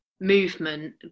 movement